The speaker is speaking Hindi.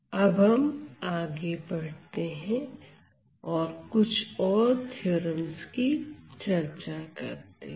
अब हम आगे बढ़ते हैं और कुछ और थ्योरम्स की चर्चा करते हैं